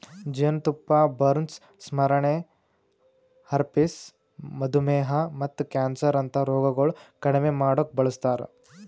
ಜೇನತುಪ್ಪ ಬರ್ನ್ಸ್, ಸ್ಮರಣೆ, ಹರ್ಪಿಸ್, ಮಧುಮೇಹ ಮತ್ತ ಕ್ಯಾನ್ಸರ್ ಅಂತಾ ರೋಗಗೊಳ್ ಕಡಿಮಿ ಮಾಡುಕ್ ಬಳಸ್ತಾರ್